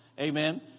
Amen